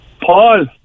Paul